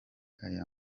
aya